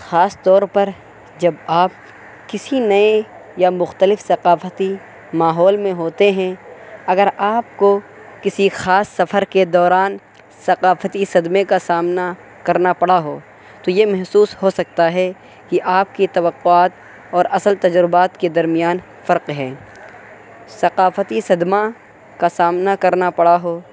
خاص طور پر جب آپ کسی نئے یا مختلف ثقافتی ماحول میں ہوتے ہیں اگر آپ کو کسی خاص سفر کے دوران ثقافتی صدمے کا سامنا کرنا پڑا ہو تو یہ محسوس ہو سکتا ہے کہ آپ کی توقعات اور اصل تجربات کے درمیان فرق ہے ثقافتی صدمہ کا سامنا کرنا پڑا ہو